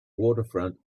waterfront